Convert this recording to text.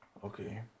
Okay